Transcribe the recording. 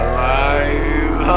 Alive